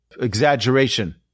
exaggeration